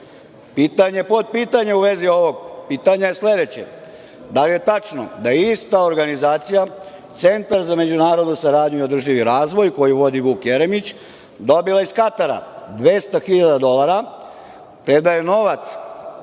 utaje? Pitanje, podpitanja u vezi ovoga pitanja je sledeće – da li je tačno da je ista organizacija, Centar za međunarodnu saradnju i održivi razvoj, koju vodi Vuk Jeremić, dobila iz Katara 200 hiljada dolara, te da je novac